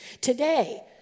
Today